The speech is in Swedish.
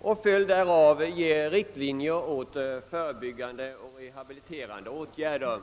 och att i följd därav skall ges riktlinjer åt förebyggande och rehabiliterande åtgärder.